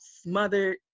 smothered